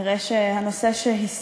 תודה רבה לך, נראה שהנושא שהסעיר